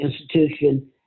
institution